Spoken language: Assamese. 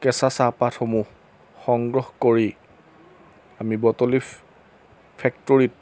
কেঁচা চাহপাতসমূহ সংগ্ৰহ কৰি আমি বটলিভ ফেক্টৰীত